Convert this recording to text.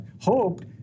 hoped